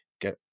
get